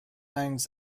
nouns